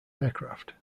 aircraft